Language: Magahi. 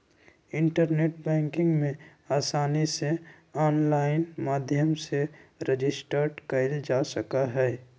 इन्टरनेट बैंकिंग में आसानी से आनलाइन माध्यम से रजिस्टर कइल जा सका हई